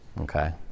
okay